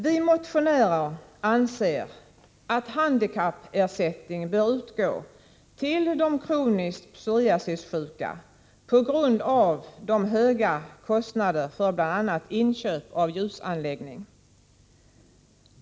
Vi motionärer anser att handikappersättning bör utgå till de kroniskt psoriasissjuka på grund av de höga kostnaderna för bl.a. inköp av ljusanläggning.